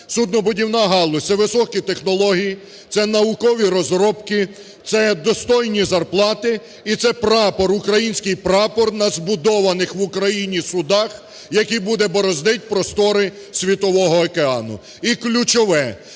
Суднобудівна галузь – це високі технології, це наукові розробки, це достойні зарплати і це прапор, український прапор, на збудованих в Україні судах, який буде бороздить простори світового океану, і ключове,